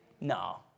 No